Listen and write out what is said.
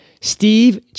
Steve